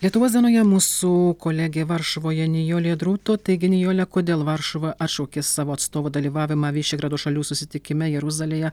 lietuvos dienoje mūsų kolegė varšuvoje nijolė drūto taigi nijole kodėl varšuva atšaukė savo atstovo dalyvavimą vyšegrado šalių susitikime jeruzalėje